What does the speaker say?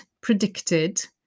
predicted